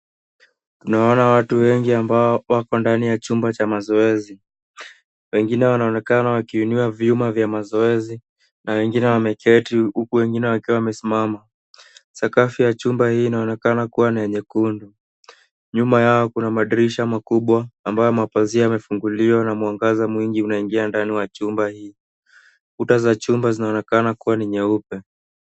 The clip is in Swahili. Tunaona watu wengi ambao wako ndani ya chumba cha mazoezi. Wengine wanaonekana wakiinua vyuma vya mazoezi na wengine wameketi huku wengine wakiwa wamesimama. Sakafu ya chumba hii inaonekana kuwa na nyekundu. Nyuma yao kuna madirisha makubwa ambayo mapazia yamefunguliwa na mwangaza mwingi unaingia ndani wa chumba hii. Kuta za chumba zinaonekana kuwa ni nyeupe.